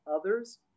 others